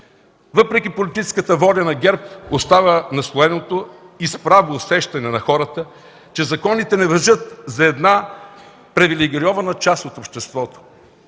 Въпреки политическата воля на ГЕРБ, остава наслоеното и с право усещане на хората, че законите не важат за една привилегирована част от обществото.